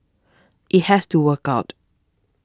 it has to work out